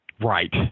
Right